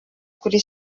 kuri